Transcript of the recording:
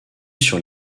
sur